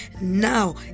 Now